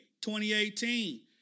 2018